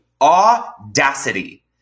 audacity